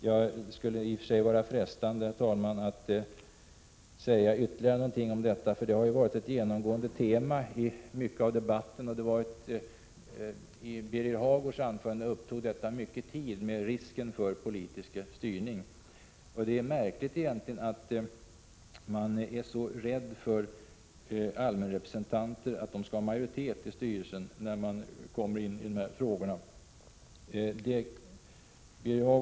Det skulle i och för sig vara frestande, herr talman, att säga ytterligare någonting om detta, som ju har varit ett genomgående tema i debatten. Det är egentligen märkligt att man är så rädd för att allmänrepresentanterna skall få majoritet i styrelsen. I Birger Hagårds anförande upptogs mycken tid av risken för politisk styrning.